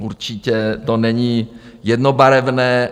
Určitě to není jednobarevné.